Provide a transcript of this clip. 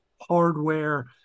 hardware